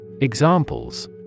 Examples